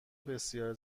بسیار